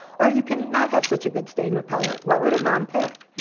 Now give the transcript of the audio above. or you can not have such a good stain repellent. what would a mom pick,